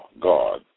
God